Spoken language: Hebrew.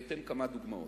אתן כמה דוגמאות: